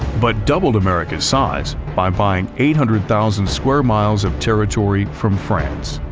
but doubled america's size by buying eight hundred thousand square miles of territory from france.